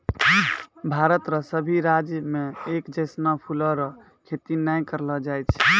भारत रो सभी राज्य मे एक जैसनो फूलो रो खेती नै करलो जाय छै